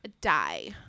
Die